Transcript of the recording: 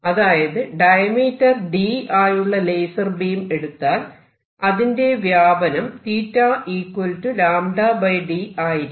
അതായത് diameter d ആയുള്ള laser beam എടുത്താൽ അതിന്റെ വ്യാപനം 𝜃 d ആയിരിക്കും